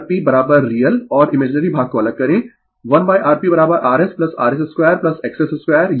तो 1Rp real और imaginary भाग को अलग करें 1Rprsrs2XS2 यह एक